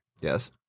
Yes